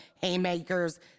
haymakers